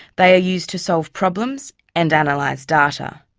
they are used to solve problems and analyse data.